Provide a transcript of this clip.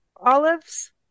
olives